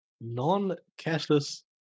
Non-cashless